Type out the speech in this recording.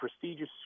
prestigious